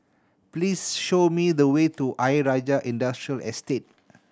please show me the way to Ayer Rajah Industrial Estate